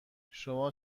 شما